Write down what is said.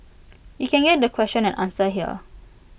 you can get the question and answer here